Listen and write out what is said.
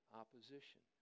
opposition